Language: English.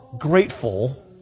grateful